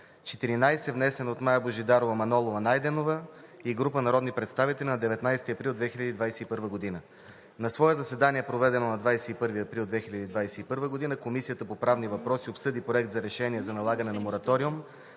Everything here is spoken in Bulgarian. внесен от Мая Божидарова Манолова-Найденова и група народни представители на 19 април 2021 г. На свое заседание, проведено на 21 април 2021 г., Комисията по правни въпроси обсъди Проект на решение за налагане на мораториум